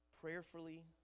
prayerfully